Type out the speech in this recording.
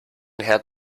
herd